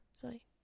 Sorry